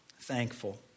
thankful